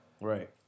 Right